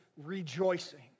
rejoicing